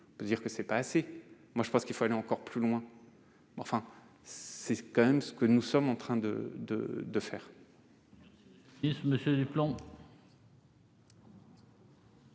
On peut dire que ce n'est pas assez ; moi-même, je pense qu'il faut aller encore plus loin. Mais voilà tout de même ce que nous sommes en train de réaliser